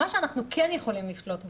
מה שאנחנו כן יכולים לשלוט בו,